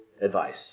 advice